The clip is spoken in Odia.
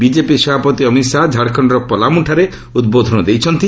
ବିଜେପି ସଭାପତି ଅମିତ୍ ଶାହା ଝାଡ଼ଖଣର ପଲାମ୍ବଠାରେ ଉଦ୍ବୋଧନ ଦେଇଛନ୍ତି